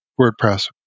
WordPress